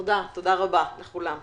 תודה רבה לכולם.